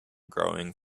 growing